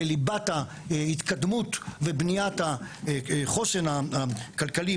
בליבת התקדמות ובניית החוסן הכלכלי,